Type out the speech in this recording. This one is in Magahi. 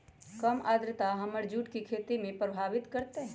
कम आद्रता हमर जुट के खेती के प्रभावित कारतै?